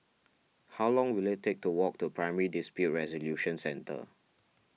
how long will it take to walk to Primary Dispute Resolution Centre